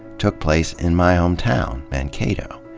took place in my hometown, mankato.